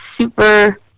super